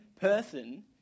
person